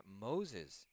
Moses